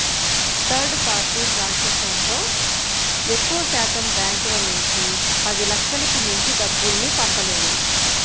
third party ట్రాన్సాక్షన్తో ఎక్కువశాతం బ్యాంకుల నుంచి పదిలక్షలకు మించి డబ్బుల్ని పంపలేము